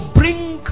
bring